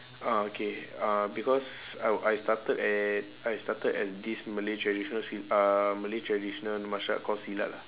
ah okay uh because I wil~ I started at I started as this malay traditional s~ uh malay traditional martial art called silat